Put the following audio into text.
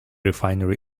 refinery